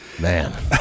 man